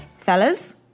fellas